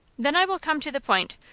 then i will come to the point.